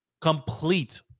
complete